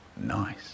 Nice